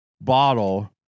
bottle